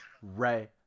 Ray